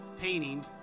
painting